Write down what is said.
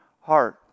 heart